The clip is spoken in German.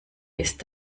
ist